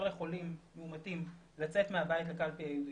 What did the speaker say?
לחולים מאומתים לצאת מהבית לקלפי ייעודית.